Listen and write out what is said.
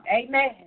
Amen